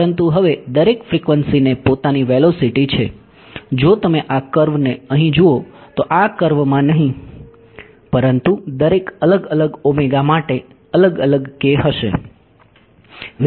પરંતુ હવે દરેક ફ્રીક્વન્સીને પોતાની વેલોસિટી છે જો તમે આ કર્વ ને અહીં જુઓ તો આ કર્વમાં નહીં પરંતુ દરેક અલગ અલગ માટે અલગ અલગ k હશે